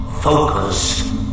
focus